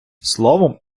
словом